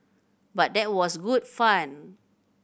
but that was good fun